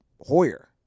Hoyer